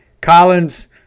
Collins